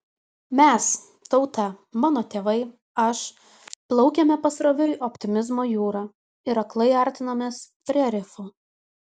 mes tauta mano tėvai aš plaukėme pasroviui optimizmo jūra ir aklai artinomės prie rifų